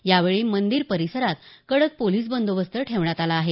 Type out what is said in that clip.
यावेळी मंदीर परिसरात कडक पोलीस बंदोबस्त ठेवण्यात आला आहे